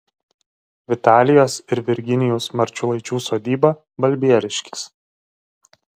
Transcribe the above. vitalijos ir virginijaus marčiulaičių sodyba balbieriškis